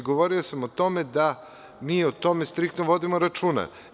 Govorio sam o tome da mi o tome striktno vodimo računa.